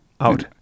out